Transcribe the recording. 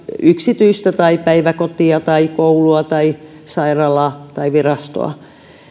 yksityistä tai päiväkotia tai koulua tai sairaalaa tai virastoa